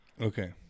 Okay